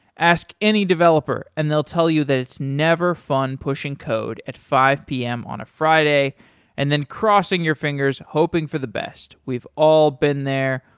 ask any developer and they'll tell you that it's never fun pushing code at five p m. on a friday and then crossing your fingers hoping for the best. we've all been there.